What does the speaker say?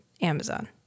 Amazon